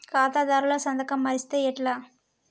ఖాతాదారుల సంతకం మరిస్తే ఎట్లా?